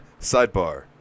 sidebar